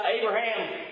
Abraham